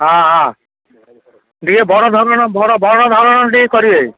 ହଁ ହଁ ଟିକେ ବଡ଼ ଧରଣର ବଡ଼ ବଡ଼ ଧରଣର ଟିକେ କରିବେ